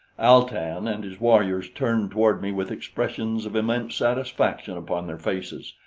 al-tan and his warriors turned toward me with expressions of immense satisfaction upon their faces,